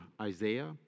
Isaiah